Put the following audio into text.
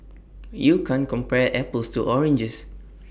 you can't compare apples to oranges